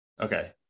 okay